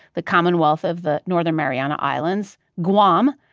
the commonwealth of the northern mariana islands, guam,